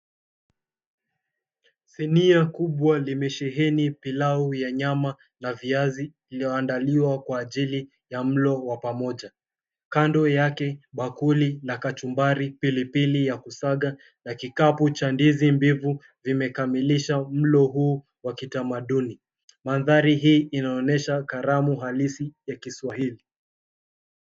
Sinia kubwa limesheheni pilau ya nyama na viazi, iliyoandaliwa kwa ajili ya mlo wa pamoja. Kando yake, bakuli la kachumbari, pilipili ya kusaga na kikapu cha ndizi mbivu zimekamilisha mlo huu wa kitamaduni. Manthari hii inaonyesha karamu kuu ya Kiswahili.